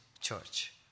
church